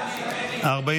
הצבעה.